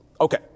Okay